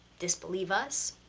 disbelieve us,